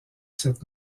cette